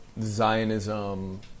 Zionism